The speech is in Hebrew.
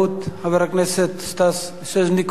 חבר הכנסת סטס מיסז'ניקוב,